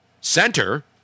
center